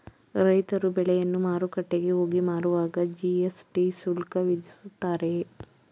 ರೈತರು ಬೆಳೆಯನ್ನು ಮಾರುಕಟ್ಟೆಗೆ ಹೋಗಿ ಮಾರುವಾಗ ಜಿ.ಎಸ್.ಟಿ ಶುಲ್ಕ ವಿಧಿಸುತ್ತಾರೆಯೇ?